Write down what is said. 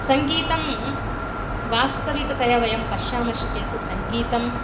सङ्गीतं वास्तविकतया वयं पश्यामश्चेत् सङ्गीतं